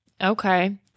Okay